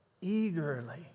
eagerly